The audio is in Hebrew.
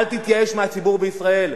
אל תתייאש מהציבור בישראל.